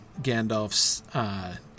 Gandalf's